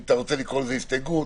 אם אתה רוצה לקרוא לזה הסתייגות,